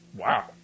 Wow